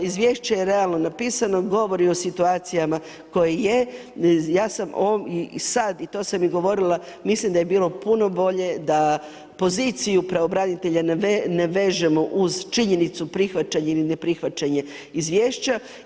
Izvješće je realno napisano, govori o situacijama koje je ja sam sada i to sam govorila mislim da je bilo puno bolje da poziciju pravobranitelja ne vežemo uz činjenicu prihvaćanje ili ne prihvaćanje izvješća.